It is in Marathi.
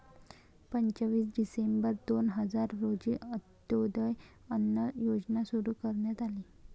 पंचवीस डिसेंबर दोन हजार रोजी अंत्योदय अन्न योजना सुरू करण्यात आली